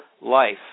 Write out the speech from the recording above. life